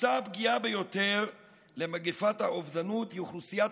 הקבוצה הפגיעה ביותר למגפת האובדנות היא אוכלוסיית